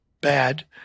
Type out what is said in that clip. bad